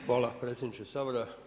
Hvala predsjedniče Sabora.